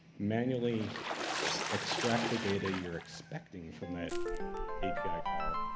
manually extract the data you're expecting from that api call,